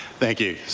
thank you.